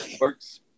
Works